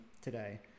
today